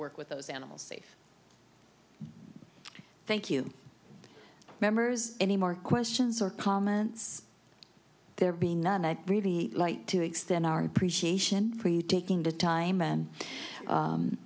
work with those animals safe thank you members any more questions or comments there being none i'd really like to extend our appreciation for you taking the time and